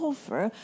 Offer